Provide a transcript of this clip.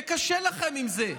וקשה לכם עם זה.